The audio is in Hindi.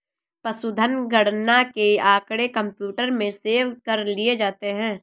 पशुधन गणना के आँकड़े कंप्यूटर में सेव कर लिए जाते हैं